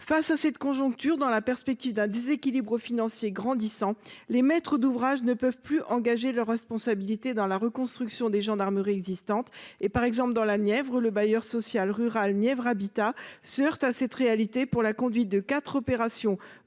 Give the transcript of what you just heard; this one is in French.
Face à une telle conjoncture, dans la perspective d’un déséquilibre financier grandissant, les maîtres d’ouvrage ne peuvent plus engager leur responsabilité dans la reconstruction des gendarmeries existantes. Ainsi, dans la Nièvre, le bailleur social rural Nièvre Habitat se heurte à cette difficulté pour la conduite de quatre opérations